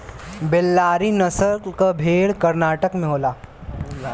बेल्लारी नसल क भेड़ कर्नाटक में होला